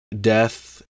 death